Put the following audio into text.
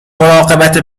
مراقبت